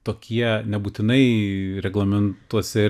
tokie nebūtinai reglamentuose